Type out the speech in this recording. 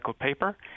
paper